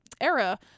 era